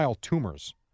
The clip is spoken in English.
tumors